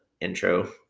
intro